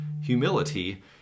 humility